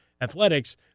athletics